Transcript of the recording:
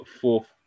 Fourth